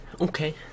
Okay